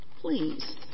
please